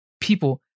people